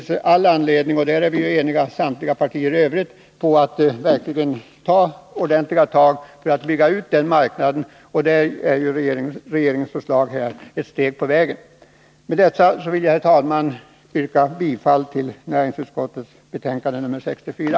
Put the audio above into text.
Samtliga partier i övrigt är eniga om att det finns all anledning att verkligen ta ordentliga krafttag för att bygga ut den marknaden, och regeringens förslag är ett steg på vägen. Med detta vill jag, herr talman, yrka bifall till näringsutskottets hemställan i betänkandet nr 64.